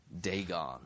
Dagon